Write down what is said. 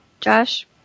Josh